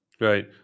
Right